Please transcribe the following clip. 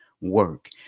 work